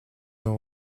ont